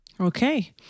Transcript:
Okay